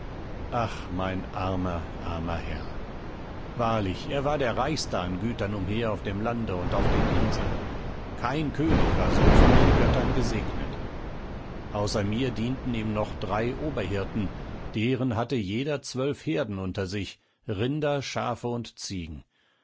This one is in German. ach mein armer armer herr wahrlich er war der reichste an gütern umher auf dem lande und auf den inseln kein könig war so von den göttern gesegnet außer mir dienten ihm noch drei oberhirten deren hatte jeder zwölf herden unter sich rinder schafe und ziegen